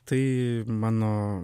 tai mano